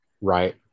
Right